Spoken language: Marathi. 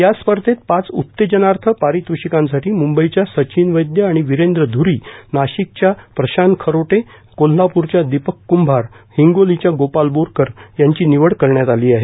या स्पर्धेत पाच उत्तेजनार्थ पारितोषिकांसाठी म्ंबईच्या सचिन वैद्य आणि विरेंद्र ध्री नाशिकच्या प्रशांत खरोटे कोल्हापूरच्या दीपक क्ंभार हिंगोलीच्या गोपाल बोरकर यांची निवड करण्यात आली आहे